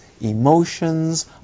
emotions